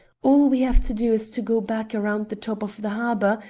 all we have to do is to go back around the top of the harbour,